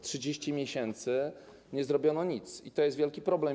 30 miesięcy nie zrobiono nic i to jest wielki problem.